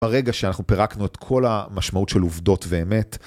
ברגע שאנחנו פירקנו את כל המשמעות של עובדות ואמת.